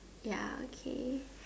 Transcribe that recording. ya okay